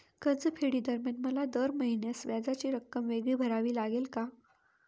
कर्जफेडीदरम्यान मला दर महिन्यास व्याजाची रक्कम वेगळी भरावी लागेल का?